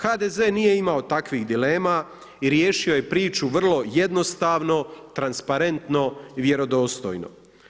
HDZ nije imao takvih dilema, riješio je priču vrlo jednostavno, transparentno i vjerodostojno.